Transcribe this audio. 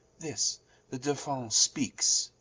this the dolphin speakes